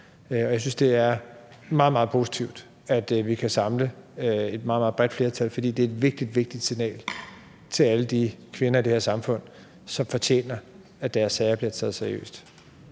Jeg synes, det er meget, meget positivt, at vi kan samle et meget, meget bredt flertal, for det er et vigtigt, vigtigt signal at sende til alle de kvinder i det her samfund, som fortjener, at deres sager bliver taget seriøst.